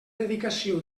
dedicació